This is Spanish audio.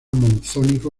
monzónico